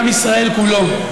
עם ישראל כולו,